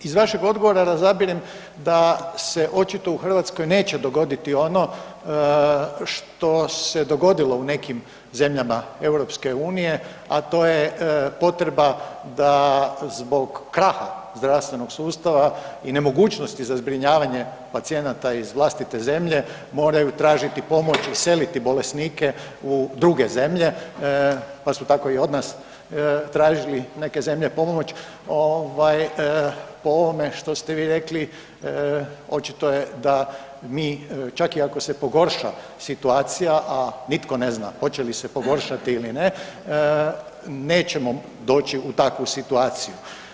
Iz vašeg odgovora razabirem da se očito u Hrvatskoj neće dogoditi ono što se dogodilo u nekim zemljama EU, a to je potreba da zbog kraha zdravstvenog sustava i nemogućnosti za zbrinjavanje pacijenata iz vlastite zemlje moraju tražiti pomoć i seliti bolesnike u druge zemlje, pa su tako i od nas tražili neke zemlje pomoć, ovaj po ovome što ste vi rekli očito je da mi čak i ako se pogorša situacija, a nitko ne zna hoće li se pogoršati ili ne nećemo doći u takvu situaciju.